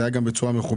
זה היה גם בצורה מכובדת.